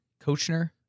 Kochner